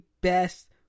best